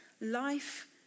Life